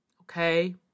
okay